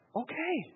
okay